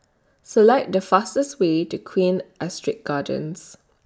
Select The fastest Way to Queen Astrid Gardens